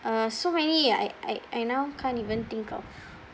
uh so many I I I now can't even think of